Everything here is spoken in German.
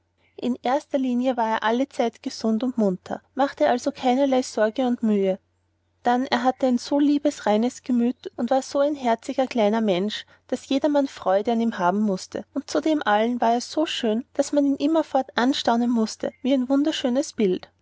in erster linie war er allezeit gesund und munter machte also keinerlei sorge und mühe dann hatte er so ein liebes reines gemüt und war so ein herziger kleiner mensch daß jedermann freude an ihm haben mußte und zu dem allen war er so schön daß man ihn immerfort anstaunen mußte wie ein wunderbares bild